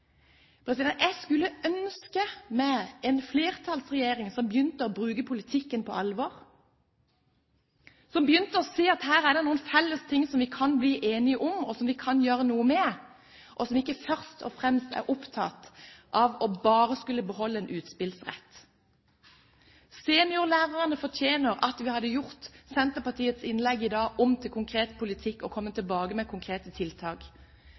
Stortinget. Jeg kunne ønske meg en flertallsregjering som begynte å bruke politikken på alvor, som begynte å se at her er det noen felles ting som vi kan bli enige om og gjøre noe med, og som ikke først og fremst bare er opptatt av å skulle beholde en utspillsrett. Seniorlærerne hadde fortjent at vi hadde gjort Senterpartiets innlegg i dag om til konkret politikk og kommet tilbake med konkrete tiltak.